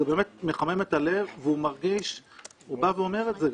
זה באמת מחמם את הלב והוא בא ואומר את זה,